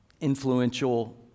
influential